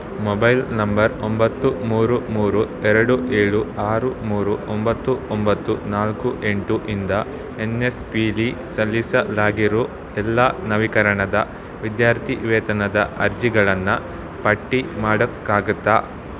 mobile number ಒಂಬತ್ತು ಮೂರು ಮೂರು ಎರಡು ಏಳು ಆರು ಮೂರು ಒಂಬತ್ತು ಒಂಬತ್ತು ನಾಲ್ಕು ಎಂಟು ಇಂದ ಎನ್ ಎಸ್ ಪಿಯಲ್ಲಿ ಸಲ್ಲಿಸಲಾಗಿರೋ ಎಲ್ಲ ನವೀಕರಣದ ವಿದ್ಯಾರ್ಥಿವೇತನದ ಅರ್ಜಿಗಳನ್ನು ಪಟ್ಟಿ ಮಾಡೋಕ್ಕಾಗತ್ತಾ